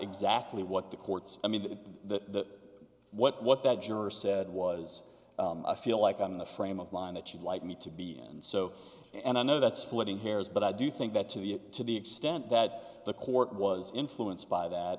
exactly what the courts i mean that what what that juror said was i feel like i'm in the frame of mind that you'd like me to be so and i know that's splitting hairs but i do think that to the to the extent that the court was influenced by that